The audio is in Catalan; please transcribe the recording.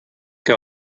que